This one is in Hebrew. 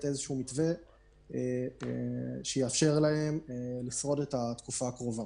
מתווה שיאפשר להם לשרוד את התקופה הקרובה.